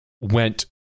went